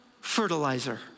fertilizer